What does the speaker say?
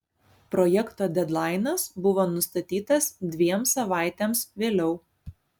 projekto dedlainas buvo nustatytas dviem savaitėms vėliau